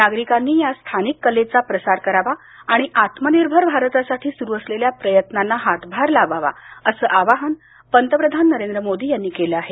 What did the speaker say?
नागरिकांनी या स्थानिक कलेचा प्रसार करावा आणि आत्मनिर्भर भारतासाठी सुरू असलेल्या प्रयत्नांना हातभार लावावा असं आवाहन पंतप्रधान नरेंद्र मोदी यांनी केलं आहे